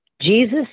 Jesus